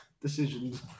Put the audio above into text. decisions